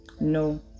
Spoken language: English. No